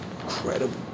Incredible